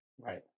Right